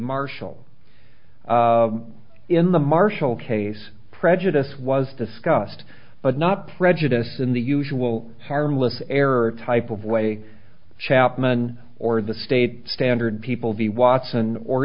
marshall in the marshall case prejudice was discussed but not prejudiced in the usual harmless error type of way chapman or the state standard people v watson or